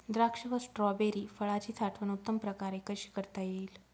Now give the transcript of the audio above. द्राक्ष व स्ट्रॉबेरी फळाची साठवण उत्तम प्रकारे कशी करता येईल?